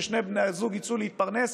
ששני בני הזוג יצאו להתפרנס,